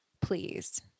please